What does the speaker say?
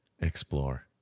explore